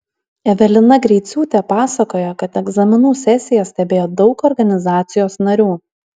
evelina greiciūtė pasakojo kad egzaminų sesiją stebėjo daug organizacijos narių